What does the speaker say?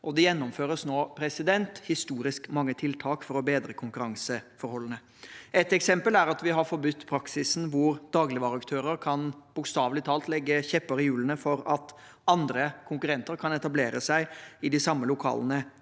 det gjennomføres nå historisk mange tiltak for å bedre konkurranseforholdene. Ett eksempel er at vi har forbudt praksisen hvor dagligvareaktører bokstavelig talt kan stikke kjepper i hjulene for at konkurrenter kan etablere seg i de samme lokalene